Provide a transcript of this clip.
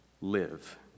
live